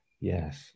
Yes